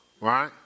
right